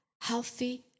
healthy